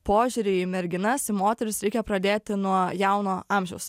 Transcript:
požiūrį į merginas į moteris reikia pradėti nuo jauno amžiaus